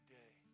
day